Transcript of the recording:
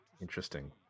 Interesting